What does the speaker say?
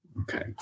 Okay